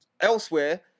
elsewhere